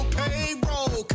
payroll